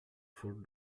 four